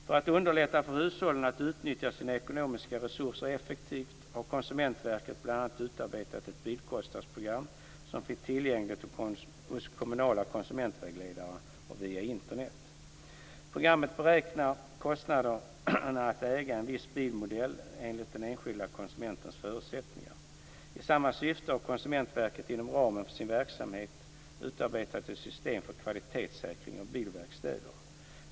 För att underlätta för hushållen att utnyttja sina ekonomiska resurser effektivt har Konsumentverket bl.a. utarbetat ett bilkostnadsprogram som finns tillgängligt hos kommunala konsumentvägledare och via Internet. Programmet beräknar kostnaderna för att äga en viss bilmodell enligt den enskilde konsumentens förutsättningar. I samma syfte har Konsumentverket inom ramen för sin verksamhet utarbetat ett system för kvalitetssäkring av bilverkstäder.